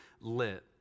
lit